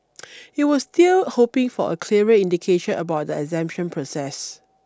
it was still hoping for a clearer indication about the exemption process